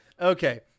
Okay